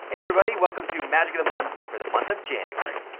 hey everybody! welcome to magic of the month for the month of january.